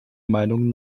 meinung